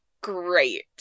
great